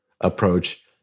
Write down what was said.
approach